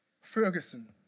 Ferguson